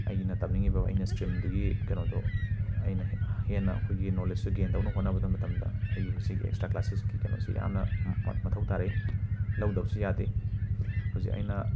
ꯑꯩꯅ ꯇꯝꯅꯤꯡꯂꯤꯕ ꯑꯩꯅ ꯁ꯭ꯇ꯭ꯔꯤꯝꯗꯨꯒꯤ ꯀꯦꯅꯣꯗꯣ ꯑ ꯑꯩꯅ ꯍꯦꯛ ꯍꯦꯟꯅ ꯑꯩꯈꯣꯏꯒꯤ ꯅꯣꯂꯦꯠꯁꯁꯦ ꯒꯦꯟ ꯇꯧꯅꯕ ꯍꯣꯠꯅꯕꯗ ꯃꯇꯝꯗ ꯑꯩ ꯍꯧꯖꯤꯛ ꯑꯦꯛꯁꯇ꯭ꯔꯥ ꯀ꯭ꯂꯥꯁꯦꯁꯀꯤ ꯀꯦꯅꯣꯁꯦ ꯌꯥꯃꯅ ꯃ ꯃ ꯃꯊꯧ ꯇꯥꯔꯦ ꯂꯧꯗꯕꯁꯨ ꯌꯥꯗꯦ ꯍꯧꯖꯤꯛ ꯑꯩꯅ